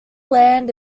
land